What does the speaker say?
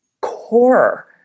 core